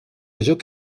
joc